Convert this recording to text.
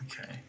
Okay